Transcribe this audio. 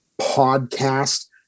podcast